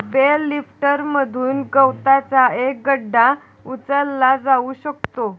bell लिफ्टरमधून गवताचा एक गठ्ठा उचलला जाऊ शकतो